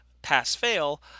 pass-fail